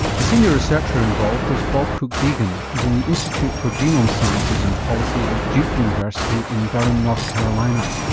the senior researcher involved was bob cook-deegan who's in the institute for genome sciences and policy at duke university in durham, north carolina.